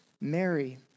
Mary